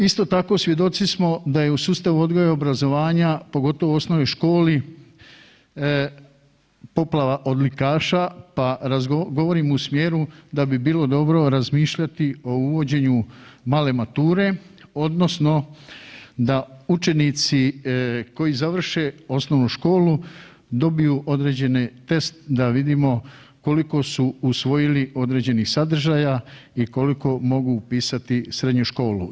Isto tako, svjedoci smo da je u sustavu odgoja i obrazovanja, pogotovo u osnovnoj školi, poplava odlikaša pa, govorim u smjeru da bi bilo dobro razmišljati o uvođenju male mature odnosno da učenici koji završe osnovnu školu dobiju određene test da vidimo koliko su usvojili određenih sadržaja i koliko mogu upisati srednju školu.